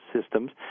Systems